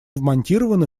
вмонтированы